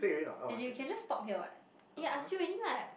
as you can just talk here [what] eh ask you already lah